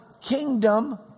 kingdom